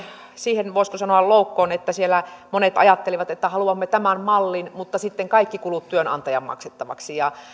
siihen voisiko sanoa loukkoon että siellä monet ajattelivat että haluamme tämän mallin mutta sitten kaikki kulut työnantajan maksettavaksi ja